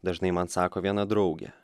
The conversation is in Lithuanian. dažnai man sako viena draugė